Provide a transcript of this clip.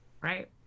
right